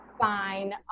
fine